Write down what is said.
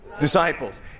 disciples